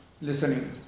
listening